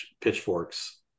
pitchforks